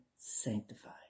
sanctified